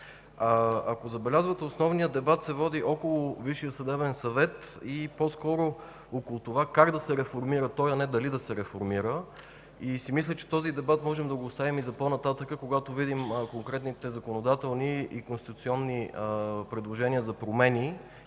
Ако забелязвате, основният дебат се води около Висшия съдебен съвет и по-скоро около това как да се реформира той, а не дали да се реформира. И си мисля, че този дебат можем да го оставим и за по-нататък, когато видим конкретните предложения за промени